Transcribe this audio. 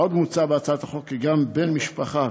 עוד מוצע בהצעת החוק כי גם בן משפחה,